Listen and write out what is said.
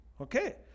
Okay